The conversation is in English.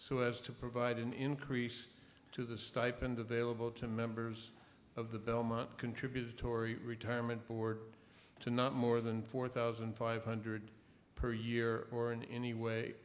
so as to provide an increase to the stipend available to members of the belmont contributory retirement board to not more than four thousand five hundred per year or in any way